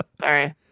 Sorry